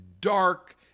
dark